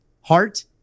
heart